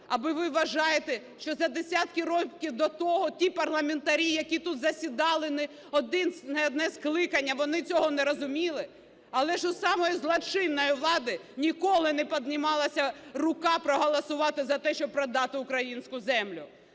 Або ви вважаєте, що за десятки років до того ті парламентарі, які тут засідали не одне скликання, вони цього не розуміли? Але ж у самої злочинної влади ніколи не піднімалася рука проголосувати за те, щоб продати українську землю,